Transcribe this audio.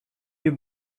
you